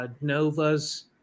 Novas